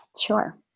Sure